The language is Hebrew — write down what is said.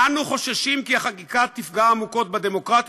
אנו חוששים כי החקיקה תפגע עמוקות בדמוקרטיה